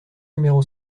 numéro